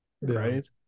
Right